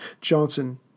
Johnson